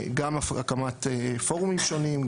גם הקמת פורום שונים,